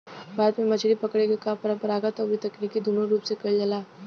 भारत में मछरी पकड़े के काम परंपरागत अउरी तकनीकी दूनो रूप से कईल जाला